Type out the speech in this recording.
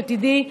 שתדעי,